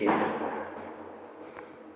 बाजार त कई प्रकार होचे?